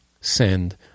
send